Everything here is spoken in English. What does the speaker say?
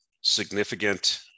significant